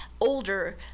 Older